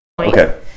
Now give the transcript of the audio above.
Okay